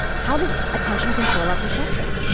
how does attention control our perception?